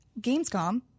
Gamescom